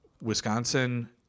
Wisconsin